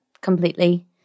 completely